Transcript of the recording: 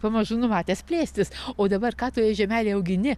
pamažu numatęs plėstis o dabar ką toje žemelėj augini